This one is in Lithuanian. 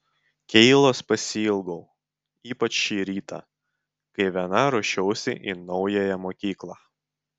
keilos pasiilgau ypač šį rytą kai viena ruošiausi į naująją mokyklą